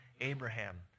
Abraham